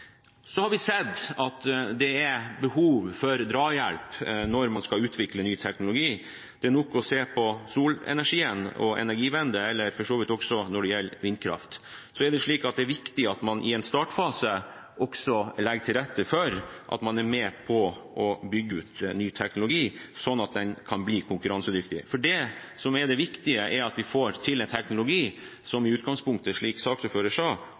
Så har vi sett at det er behov for drahjelp når man skal utvikle ny teknologi. Det er nok å se på solenergi og Energiewende, og for så vidt også vindkraft. Så er det slik at det er viktig at man i en startfase også legger til rette for at man er med på å bygge ut ny teknologi sånn at den kan bli konkurransedyktig. For det som er det viktige, er at vi får til en teknologi som i utgangspunktet, slik saksordføreren sa,